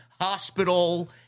hospital